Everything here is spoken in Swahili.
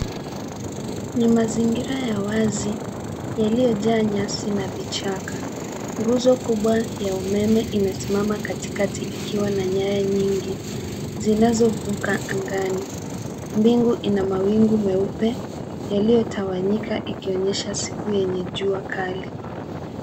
Ni mazingira ya wazi yaliyojaa nyasi na vichaka. Nguzo kubwa ya umeme imesimama katikati ikiwa na nyaya nyingi zinazovuka angani. Mbingu ina mawingu meupe yaliyotawanyika ikionyesha siku yenye jua kali.